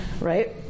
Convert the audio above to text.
right